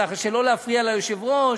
ככה שלא להפריע ליושב-ראש,